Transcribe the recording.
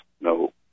no